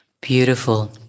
Beautiful